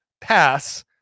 pass